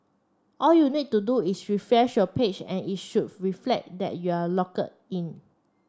all you need to do is refresh your page and it should reflect that you are logged in